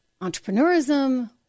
entrepreneurism